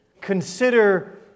Consider